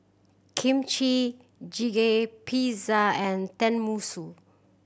Kimchi Jjigae Pizza and Tenmusu